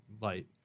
light